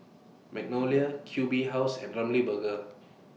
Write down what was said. Magnolia Q B House and Ramly Burger